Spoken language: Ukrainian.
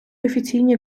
офіційні